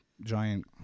giant